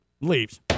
Leaves